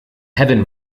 heaven